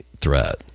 threat